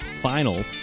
final